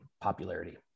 popularity